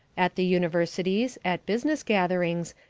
at the universities, at business gatherings,